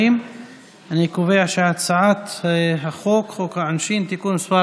אנחנו עוברים להצבעה על הצעת חוק העונשין (תיקון מס'